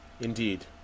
indeed